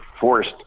forced